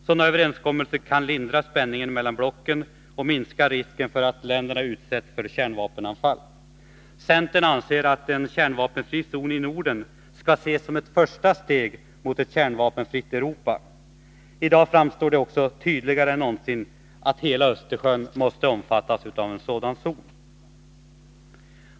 Sådana överenskommelser kan lindra spänningen mellan blocken och minska risken för att länderna utsätts för kärnvapenanfall. Centern anser att en kärnvapenfri zon i Norden skall ses som ett första steg mot ett kärnvapenfritt Europa. I dag framstår det också tydligare än någonsin att hela Östersjön måste omfattas av en sådan zon.